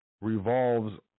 revolves